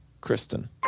Kristen